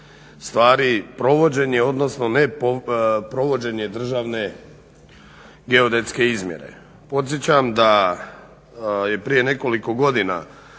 stvari provođenje, odnosno neprovođenje državne geodetske izmjere. Podsjećam da je prije nekoliko godina